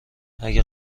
اگه